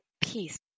peace